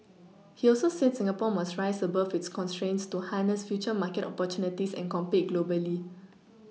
he also said Singapore must rise above its constraints to harness future market opportunities and compete globally